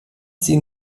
sie